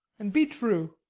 and be true.